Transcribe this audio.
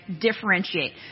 Differentiate